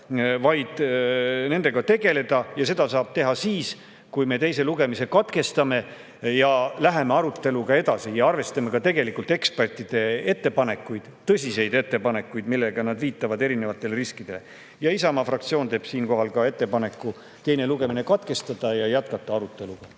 vaid nendega tuleb tegeleda. Seda saab teha siis, kui me teise lugemise katkestame, läheme aruteluga edasi ja arvestame ka tegelikult ekspertide ettepanekuid, tõsiseid ettepanekuid, millega nad viitavad erinevatele riskidele. Isamaa fraktsioon teeb siinkohal ka ettepaneku teine lugemine katkestada ja jätkata arutelu.